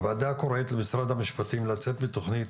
הוועדה קוראת למשרד המשפטים לצאת בתכנית,